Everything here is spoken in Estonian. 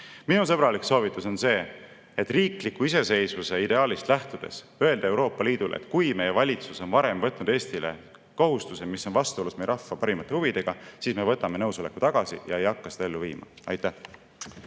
Minu sõbralik soovitus on riikliku iseseisvuse ideaalist lähtudes öelda Euroopa Liidule, et kui meie valitsus on varem võtnud Eestile kohustusi, mis on vastuolus meie rahva parimate huvidega, siis me võtame nõusoleku tagasi ja ei hakka seda ellu viima. Aitäh!